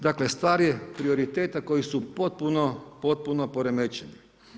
Dakle, stvar je prioriteta koji su potpuno, potpuno poremećeni.